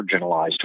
marginalized